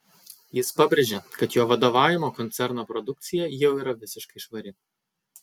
jis pabrėžė kad jo vadovaujamo koncerno produkcija jau yra visiškai švari